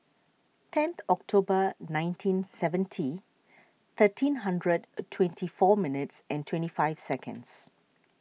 ten October nineteen seventy thirteen hundred twenty four minutes twenty five seconds